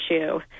issue